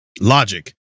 logic